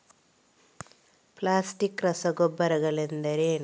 Plastic ರಸಗೊಬ್ಬರಗಳೆಂದರೇನು?